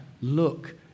look